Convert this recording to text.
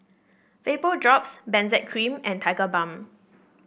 Vapodrops Benzac Cream and Tigerbalm